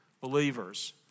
believers